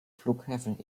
flughäfen